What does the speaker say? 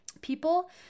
people